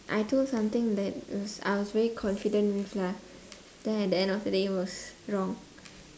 I do something that was I was really confident with lah then at the end of the day was wrong